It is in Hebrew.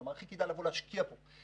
כלומר הכי כדאי לבוא להשקיע פה.